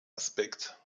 aspekt